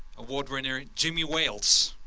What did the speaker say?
award winner jimmy wales.